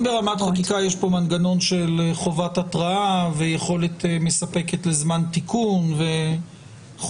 ברמת חקיקה יש פה מנגנון של חובת התראה ויכולת מספקת לזמן תיקון וכולי,